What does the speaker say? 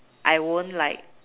I won't like